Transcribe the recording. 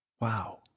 Wow